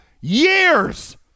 years